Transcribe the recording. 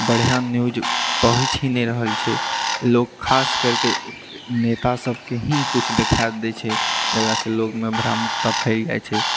बढ़िआँ न्यूज़ पहुँच ही नहि रहल छै लोक खास करिके नेता सबके ही कुछ देखाए दै छै जकरासँ लोगमे भ्रम फैल जाइत छै